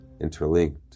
interlinked